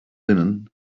linen